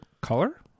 color